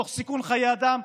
תוך סיכון חיי אדם,